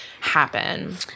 happen